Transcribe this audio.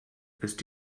ist